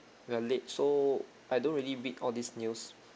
we're late so I don't really read all these news